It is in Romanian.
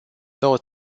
două